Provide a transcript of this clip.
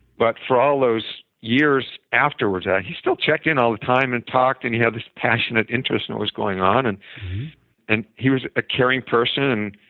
but for all those years afterwards, yeah he still checked in all the time and talked, and he had this passionate interest in what was going on. and and he was a caring person.